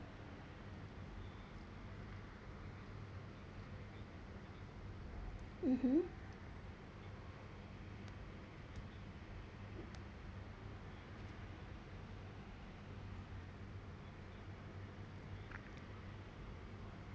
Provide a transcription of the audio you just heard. mmhmm